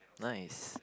nice